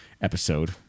episode